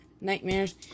nightmares